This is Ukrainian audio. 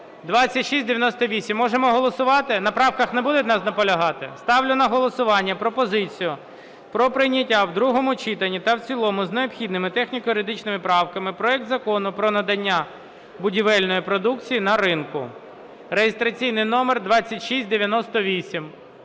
(2698). Можемо голосувати? На правках не будете наполягати? Ставлю на голосування пропозицію про прийняття в другому читанні та в цілому з необхідними техніко-юридичними правками проекту Закону про надання будівельної продукції на ринку (реєстраційний номер 2698).